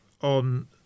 on